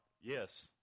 yes